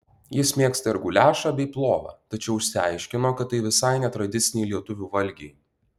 jis mėgsta ir guliašą bei plovą tačiau išsiaiškino kad tai visai ne tradiciniai lietuvių valgiai